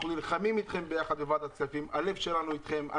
אנחנו נלחמים ביחד אתכם בוועדת הכספים,